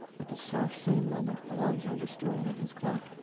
at the self-same moment alonzo was staring at his clock.